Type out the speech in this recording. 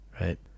right